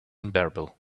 unbearable